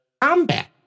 combat